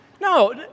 No